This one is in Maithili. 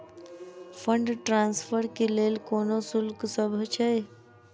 फंड ट्रान्सफर केँ लेल कोनो शुल्कसभ छै?